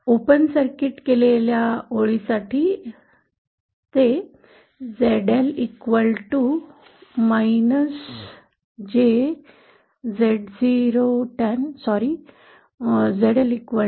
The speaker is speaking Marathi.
ओपन सर्किट केलेल्या ओळीसाठी ZL jZo COT beta D असेल